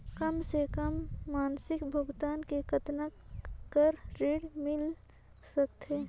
कम से कम मासिक भुगतान मे कतना कर ऋण मिल सकथे?